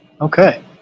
Okay